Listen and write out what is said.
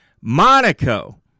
Monaco